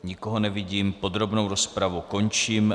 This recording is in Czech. Nikoho nevidím, podrobnou rozpravu končím.